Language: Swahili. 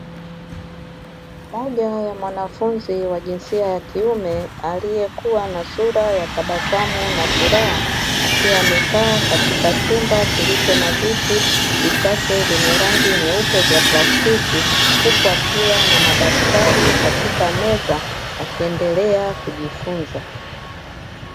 Moja ya mwanafunzi wa jinsia ya kiume, aliyekuwa na sura ya tabasamu na furaha, akiwa amekaa katika chumba kilicho na viti vichache vyenye rangi nyeupe vya plastiki. Huku akiwa na madaftari katika meza, akiendelea kujifunza.